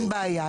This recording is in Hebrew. אין בעיה.